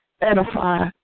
edify